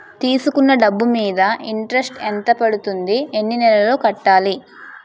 తీసుకున్న డబ్బు మీద ఇంట్రెస్ట్ ఎంత పడుతుంది? ఎన్ని నెలలో కట్టాలి?